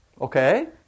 Okay